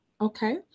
Okay